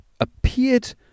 appeared